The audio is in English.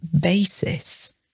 basis